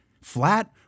flat